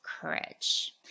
courage